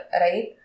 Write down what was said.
right